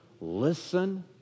listen